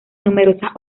numerosas